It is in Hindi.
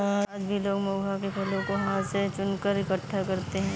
आज भी लोग महुआ के फलों को हाथ से चुनकर इकठ्ठा करते हैं